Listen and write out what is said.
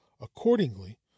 accordingly